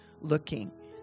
looking